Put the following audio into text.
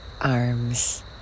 arms